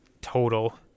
total